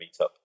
meetup